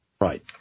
Right